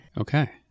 Okay